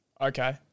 Okay